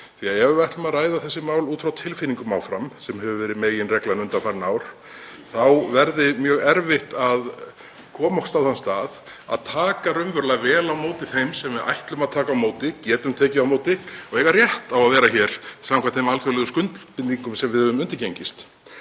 því að ef við ætlum að ræða þessi mál út frá tilfinningum áfram, sem hefur verið meginreglan undanfarin ár, þá verður mjög erfitt að komast á þann stað að taka raunverulega vel á móti þeim sem við ætlum að taka á móti, getum tekið á móti og eiga rétt á að vera hér samkvæmt þeim alþjóðlegum skuldbindingum sem við höfum undirgengist.